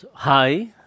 Hi